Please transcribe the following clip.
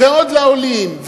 ועוד לעולים,